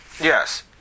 Yes